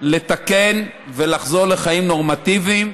לתקן ולחזור לחיים נורמטיביים.